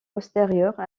postérieure